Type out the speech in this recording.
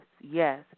yes